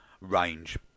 range